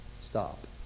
Stop